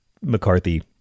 McCarthy